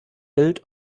built